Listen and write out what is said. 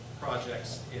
projects